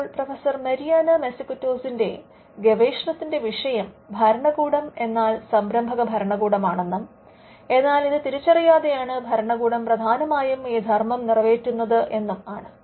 അപ്പോൾ professor Mariana മസുകാറ്റോസിന്റെ ഗവേഷണത്തിന്റെ വിഷയം ഭരണകൂടം എന്നാൽ സംരംഭക ഭരണകൂടമാണെന്നും എന്നാൽ ഇത് തിരിച്ചറിയാതെയാണ് ഭരണകൂടം പ്രധാനമായും ഈ ധർമ്മം നിറവേറ്റുന്നത് എന്നുമാണ്